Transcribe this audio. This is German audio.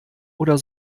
oder